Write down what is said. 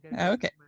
Okay